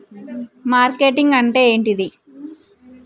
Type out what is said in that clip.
Marketing అంటే ఏంటిది?